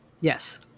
Yes